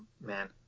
man